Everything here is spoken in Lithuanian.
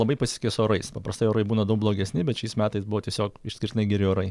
labai pasisekė su orais paprastai orai būna daug blogesni bet šiais metais buvo tiesiog išskirtinai geri orai